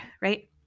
right